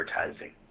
advertising